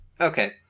Okay